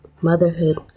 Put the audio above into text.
motherhood